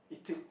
eating